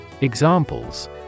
Examples